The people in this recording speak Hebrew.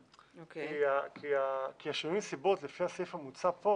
כי שינוי הנסיבות לפי הסעיף המוצע פה